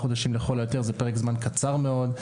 חודשים לכל היותר זה פרק זמן קצר מאוד,